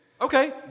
Okay